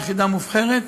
יחידה מובחרת.